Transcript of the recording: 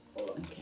Okay